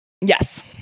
Yes